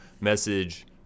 message